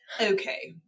Okay